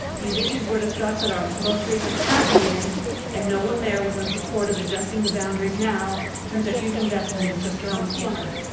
these issues were discussed at our most recent pac meeting and no one there was unsupportive adjusting the boundaries now since a huge investment is just around the corner.